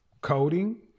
coding